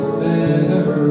better